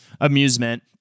amusement